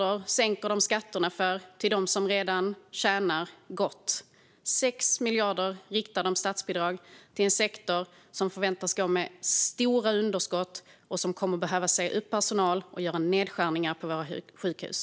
De sänker skatterna för dem som redan tjänar gott med 12,9 miljarder, och de riktar statsbidrag på 6 miljarder till en sektor som förväntas gå med stora underskott och som kommer att behöva säga upp personal och göra nedskärningar på våra sjukhus.